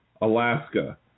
alaska